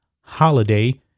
Holiday